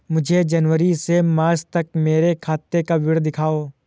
मुझे जनवरी से मार्च तक मेरे खाते का विवरण दिखाओ?